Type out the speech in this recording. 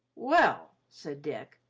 well, said dick,